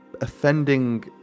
offending